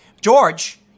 George